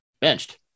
benched